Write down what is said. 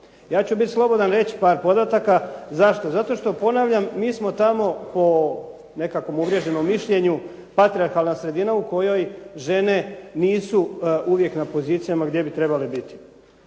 Ja ću biti slobodan reći par podataka. Zašto? Zato što ponavljam, mi smo tamo po nekakvom uvriježenom mišljenju patrijarhalna sredina u kojoj žene nisu uvijek na pozicijama gdje bi trebale biti.